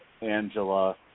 Angela